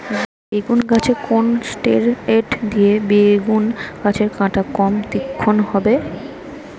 বেগুন গাছে কোন ষ্টেরয়েড দিলে বেগু গাছের কাঁটা কম তীক্ষ্ন হবে?